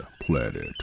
planet